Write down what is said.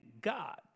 God